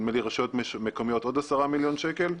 נדמה לי שרשויות מקומיות עוד עשרה מיליון שקלים.